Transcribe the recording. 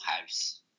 house